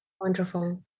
Wonderful